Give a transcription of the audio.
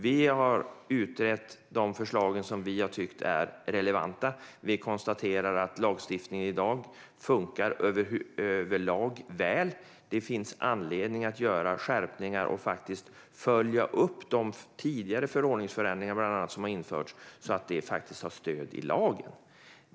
Vi har utrett de förslag som vi har tyckt är relevanta. Vi konstaterar att lagstiftningen i dag överlag funkar väl. Det finns anledning att göra skärpningar och följa upp tidigare förordningsförändringar som har genomförts så att de har stöd i lagen.